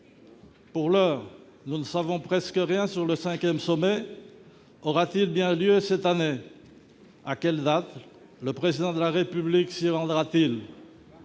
Pour l'heure, nous ne savons presque rien sur le cinquième sommet. Aura-t-il bien lieu cette année ? À quelle date ? Le Président de la République s'y rendra-t-il ?